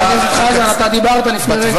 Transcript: חבר הכנסת חזן, דיברת לפני רגע.